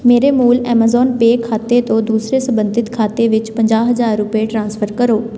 ਮੇਰੇ ਮੂਲ Amazon Pay ਖਾਤੇ ਤੋਂ ਦੂਸਰੇ ਸੰਬੰਧਿਤ ਖਾਤੇ ਵਿੱਚ ਪੰਜਾਹ ਹਜ਼ਾਰ ਰੁਪਏ ਟ੍ਰਾਂਸਫਰ ਕਰੋ